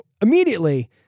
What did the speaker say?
immediately